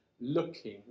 looking